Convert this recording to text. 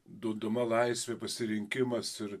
duodama laisvė pasirinkimas ir